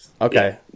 Okay